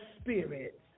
spirit